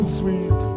sweet